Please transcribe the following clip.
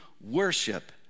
worship